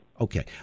Okay